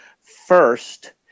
First